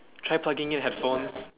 try plugging in headphones